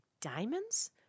diamonds